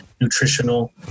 nutritional